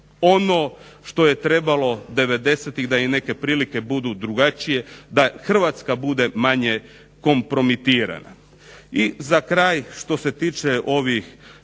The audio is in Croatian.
ono što je trebalo 90-tih da i neke prilike budu drugačije, da Hrvatska bude manje kompromitirana. I za kraj što se tiče ovih